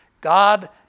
God